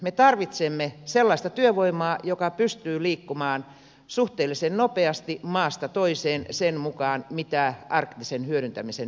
me tarvitsemme sellaista työvoimaa joka pystyy liikkumaan suhteellisen nopeasti maasta toiseen sen mukaan mitä arktisen hyödyntämisen myötä tarvitaan